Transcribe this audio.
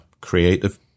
creative